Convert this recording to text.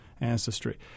ancestry